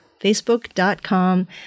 facebook.com